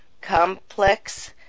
complex